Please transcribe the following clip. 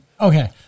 Okay